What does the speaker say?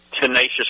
tenacious